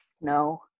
No